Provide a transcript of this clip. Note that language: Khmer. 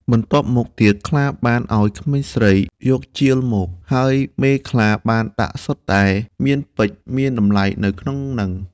បន្ទាប់មកទៀត ខ្លាបានឲ្យក្មេងស្រីយកជាលមក ហើយមេខ្លាបានដាក់សុទ្ធតែមានពេជ្រមានតម្លៃនៅក្នុងហ្នឹង។